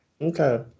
Okay